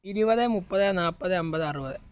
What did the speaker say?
ഇരുപത് മുപ്പത് നാൽപ്പത് അൻപത് അറുപത്